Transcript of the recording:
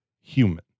human